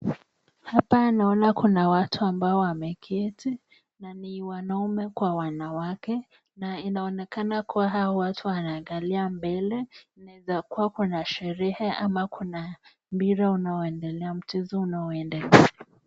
Hapa naona kuna watu ambao wameketi, na ni wanaume kwa wanawake, na inaonekana kuwa hawa watu wanaangalia mbele, inaeza kuwa kuna sherehe ama kuna mbira unao endelea, mchezo unao endelea.